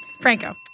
Franco